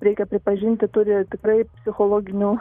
reikia pripažinti turi tikrai psichologinių